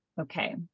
Okay